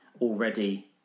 already